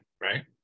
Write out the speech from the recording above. right